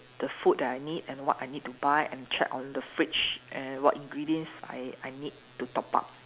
the food that I need and what I need to buy and check on the fridge and what ingredients I I need to top up